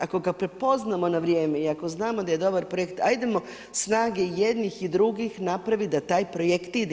Ako ga prepoznamo na vrijeme i ako znamo da je dobar projekt, hajdemo snage jednih i drugih napraviti da taj projekt ide.